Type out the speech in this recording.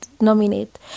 nominate